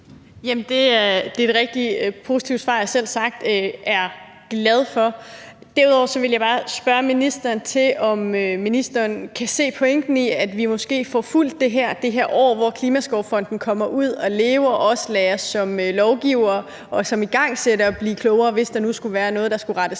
Det er et rigtig positivt svar, som jeg selvsagt er glad for. Derudover vil jeg bare spørge ministeren om, om ministeren kan se pointen i, at vi måske får fulgt det her i det år, hvor Klimaskovfonden kommer ud at virke, og også som lovgivere og igangsættere lader os blive klogere, hvis der nu skulle være noget, der skulle rettes